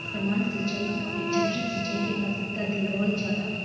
सामान्य सिंचाई के अपेक्षा ड्रिप सिंचाई के प्राथमिकता देवल जाला